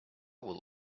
will